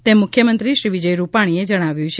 તેમ મુખ્યમંત્રી શ્રી વિજય રૂપાણીએ જણાવ્યુ છે